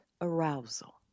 arousal